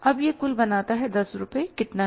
अब यह कुल बनाता है 10 रुपये कितना है